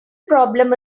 problem